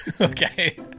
okay